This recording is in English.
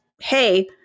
hey